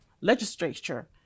legislature